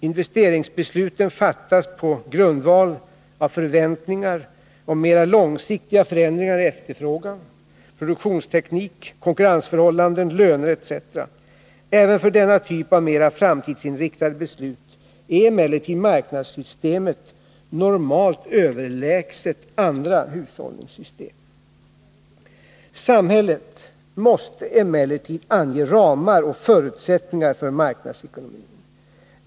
Investeringsbesluten fattas på grundval av förväntningar om mera långsiktiga förändringar i efterfrågan, produktionsteknik, konkurrensförhållanden, löner etc. Även för denna typ av mera framtidsinriktade beslut är emellertid marknadssystemet normalt överlägset andra hushållningssystem. Samhället måste emellertid ange ramar och förutsättningar för marknadsekonomin.